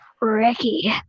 Ricky